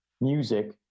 music